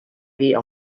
gie